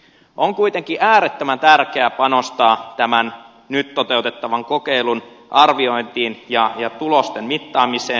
on kuitenkin äärettömän tärkeää panostaa tämän nyt toteutettavan kokeilun arviointiin ja tulosten mittaamiseen